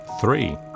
three